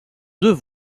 deux